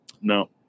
No